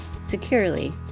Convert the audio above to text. securely